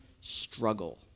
struggle